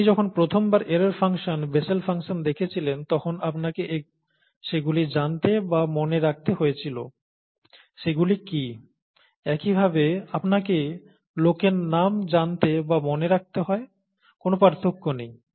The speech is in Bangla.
আপনি যখন প্রথমবার এরর ফাংশন বেসেল ফাংশন দেখেছিলেন তখন আপনাকে সেগুলি জানতে বা মনে রাখতে হয়েছিল সেগুলি কি একইভাবে আপনাকে লোকের নাম জানতে বা মনে রাখতে হয় কোন পার্থক্য নেই